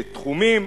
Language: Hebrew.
תחומים.